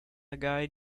guy